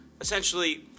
Essentially